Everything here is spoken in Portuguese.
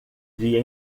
dia